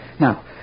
Now